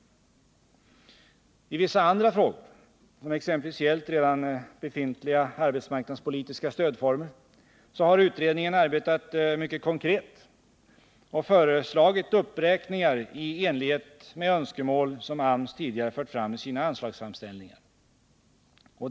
I vissa andra frågor — som exempelvis gällt redan befintliga arbetsmarknadspolitiska stödformer — har utredningen arbetat mycket konkret och föreslagit uppräkningar i enlighet med önskemål som AMS tidigare fört fram i sina anslagsframställningar.